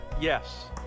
Yes